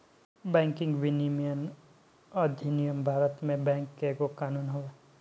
banking विनियमन अधिनियम भारत में बैंक के एगो कानून हवे